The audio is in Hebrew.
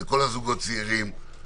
לכל הזוגות הצעירים,